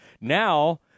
Now